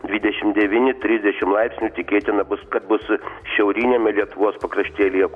dvidešimt devyni trisdešimt laipsnių tikėtina bus kad bus šiauriniame lietuvos pakraštėlyje